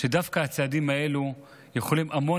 שדווקא הצעדים האלה יכולים לעזור המון